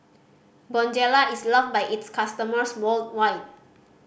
Bonjela is loved by its customers worldwide